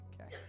Okay